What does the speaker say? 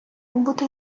бути